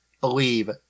believe